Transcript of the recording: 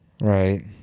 Right